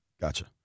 Gotcha